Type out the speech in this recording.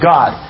God